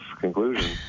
conclusion